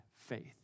faith